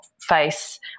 face